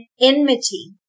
enmity